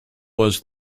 was